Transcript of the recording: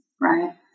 right